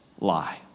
lie